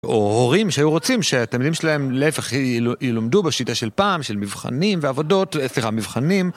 או הורים שהיו רוצים שהתלמידים שלהם להפך ילמדו בשיטה של פעם, של מבחנים ועבודות, סליחה מבחנים.